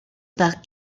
par